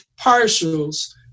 partials